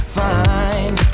fine